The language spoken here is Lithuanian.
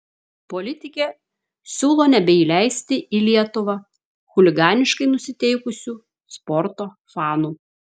politikė siūlo nebeįleisti į lietuvą chuliganiškai nusiteikusių sporto fanų